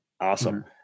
Awesome